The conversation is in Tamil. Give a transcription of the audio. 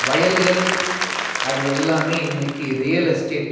வயல்கள் அது எல்லாமே இன்றைக்கு ரியல் எஸ்டேட்